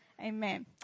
Amen